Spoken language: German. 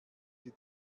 die